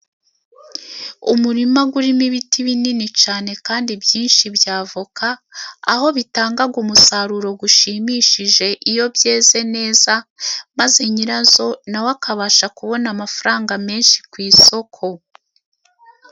Umurima urimo ibiti binini cyane kandi byinshi by'avoka, aho bitanga umusaruro ushimishije. Iyo byeze neza, maze nyirazo na we akabasha kubona amafaranga menshi ku isoko.